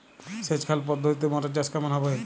সেচ খাল পদ্ধতিতে মটর চাষ কেমন হবে?